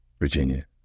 Virginia